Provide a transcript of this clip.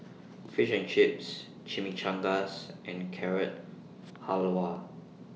Fish and Chips Chimichangas and Carrot Halwa